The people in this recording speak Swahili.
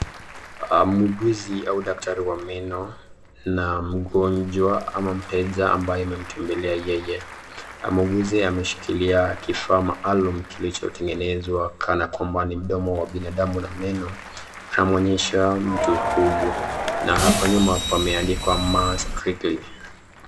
Muuguzi au daktari wa meno na mgonjwa ama mteja ambaye ametembelea yeye , muuguzi ameshikilia kufaa maalum kilicho tengenezwa kana kwamba ni mdomo wa binadamu na meno inaonyesha mtu huyu na hapa nyuma pameandikwa mars wrigley .